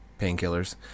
painkillers